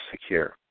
secure